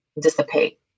dissipate